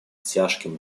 тяжким